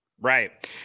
Right